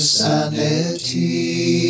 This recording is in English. sanity